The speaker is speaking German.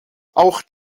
auch